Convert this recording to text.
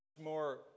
more